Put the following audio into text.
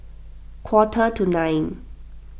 quarter to nine